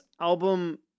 album